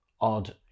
odd